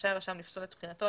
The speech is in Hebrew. רשאי הרשם לפסול את בחינתו,